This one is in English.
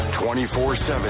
24-7